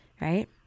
Right